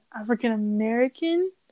African-American